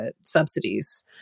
subsidies